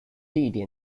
地点